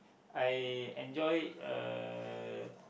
I enjoy uh